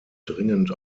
dringend